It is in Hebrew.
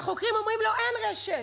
והחוקרים אומרים לו שאין רשת,